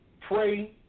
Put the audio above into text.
pray